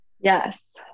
Yes